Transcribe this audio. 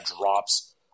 drops